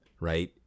Right